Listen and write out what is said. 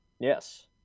Yes